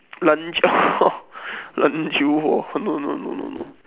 篮球篮球火 no no no no no